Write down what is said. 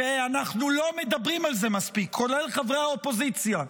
ואנחנו לא מדברים על זה מספיק כולל חברי האופוזיציה,